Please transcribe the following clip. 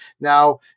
Now